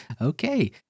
Okay